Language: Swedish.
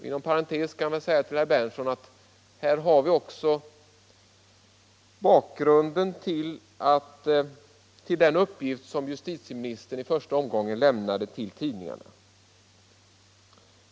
Inom parentes kan jag säga till herr Berndtson att här har vi också bakgrunden till den uppgift som justitieministern i första omgången lämnade till tidningarna.